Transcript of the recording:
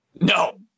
No